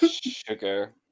sugar